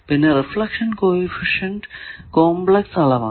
പിന്നെ reflection coefficient complex അളവാണ്